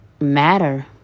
matter